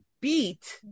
beat